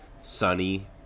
sunny